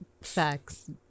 facts